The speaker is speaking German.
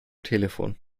telefon